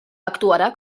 actuarà